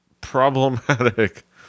Problematic